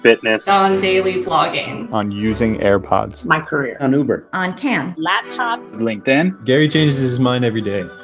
fitness, on daily blogging, on using airpods. my career, on uber, on cam, laptops, and linkedin. gary changes his mind every day.